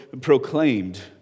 proclaimed